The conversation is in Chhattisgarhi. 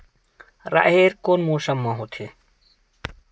राहेर कोन मौसम मा होथे?